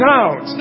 out